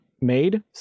made